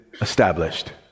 established